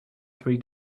three